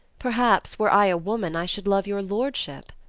perhaps, were i a woman, i should love your lord ship.